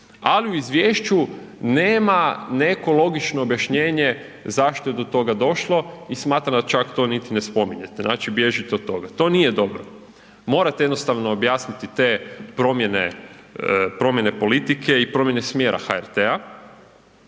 ali u Izvješću nema neko logično objašnjenje zašto je do toga došlo, i smatram da čak to niti ne spominjete, znači bježite od toga. To nije dobro. Morate jednostavno objasniti te promjene, promjene politike, i promjene smjera HRT-a.